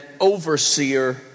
overseer